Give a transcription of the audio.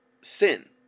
sin